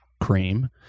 Cream